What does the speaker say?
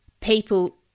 people